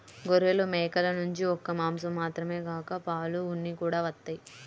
గొర్రెలు, మేకల నుంచి ఒక్క మాసం మాత్రమే కాక పాలు, ఉన్ని కూడా వత్తయ్